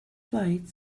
flight